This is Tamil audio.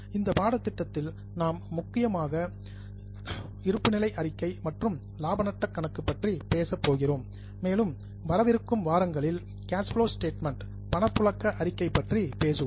இந்த பாடத்திட்டத்தில் நாம் முக்கியமாக இருப்புநிலை அறிக்கை மற்றும் லாபநஷ்ட கணக்கு பற்றி பேசப்போகிறோம் மேலும் வரவிருக்கும் வாரங்களில் கேஷ் ஃப்ளோ ஸ்டேட்மெண்ட் அதாவது பணப்புழக்க அறிக்கை பற்றி பேசுவோம்